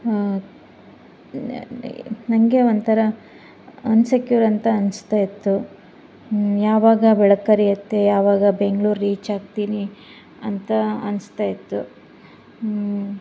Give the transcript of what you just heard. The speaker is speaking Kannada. ನನಗೆ ಒಂಥರ ಅನ್ಸೆಕ್ಯೂರ್ ಅಂತ ಅನ್ನಿಸ್ತಾ ಇತ್ತು ಯಾವಾಗ ಬೆಳಕು ಹರಿಯತ್ತೆ ಯಾವಾಗ ಬೆಂಗ್ಳೂರು ರೀಚ್ ಆಗ್ತೀನಿ ಅಂತ ಅನಿಸ್ತಾ ಇತ್ತು ಹ್ಞೂ